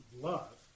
love